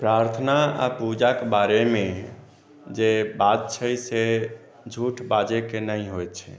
प्रार्थना आ पूजाक बारेमे जे बात छै से झूठ बाजयके नहि होइ छै